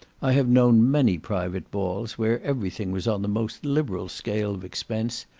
i have known many private balls, where every thing was on the most liberal scale of expense,